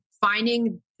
finding